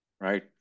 right